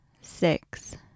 six